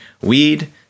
weed